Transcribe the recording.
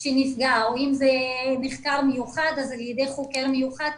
או אם זה נחקר מיוחד אז על ידי חוקר מיוחד,